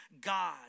God